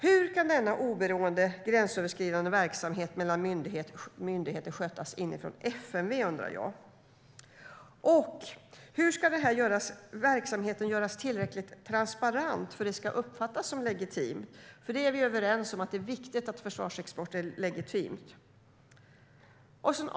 Hur kan denna oberoende gränsöverskridande verksamhet mellan myndigheter skötas inifrån FMV, undrar jag. Och hur ska denna verksamhet göras tillräckligt transparent för att den ska kunna uppfattas som legitim? Vi är ju överens om att det är viktigt att försvarsexporten är legitim.